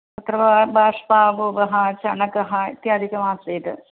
अत्र वा बाष्पा अपूपः चणकः इत्यादिकम् आसीत्